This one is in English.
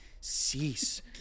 Cease